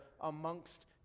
amongst